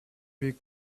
les